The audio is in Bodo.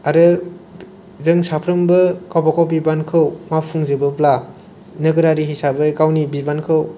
आरो जों साफ्रोमबो गावबा गाव बिबानखौ मावफुंजोबोब्ला नोगोरारि हिसाबै गावनि बिबानखौ